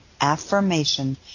affirmation